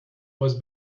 was